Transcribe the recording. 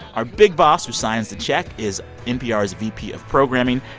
our big boss who signs the check is npr's vp of programming,